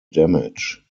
damage